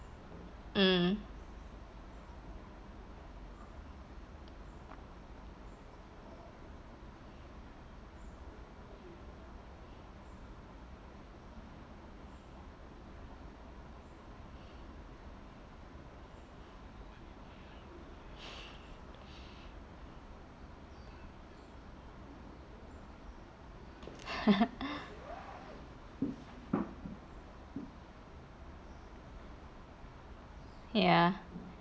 mm ya